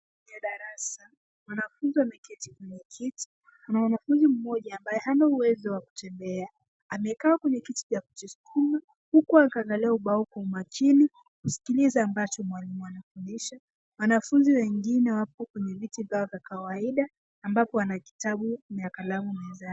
Ni darasa. Wanafunzi ameketi kwenye kiti. Kuna mwanafunzi mmoja ambaye hana uwezo wa kutembea. Amekaa kwenye kiti cha kujiskuma huku akiangalia ubao kwa makini kusikiliza ambacho mwalimu anafundisha. Wanafunzi wengine wapo kwenye viti vyao vya kawaida ambapo wana kitabu na kalamu mezani.